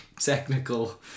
technical